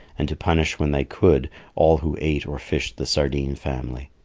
and to punish when they could all who ate or fished the sardine family.